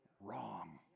wrong